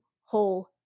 whole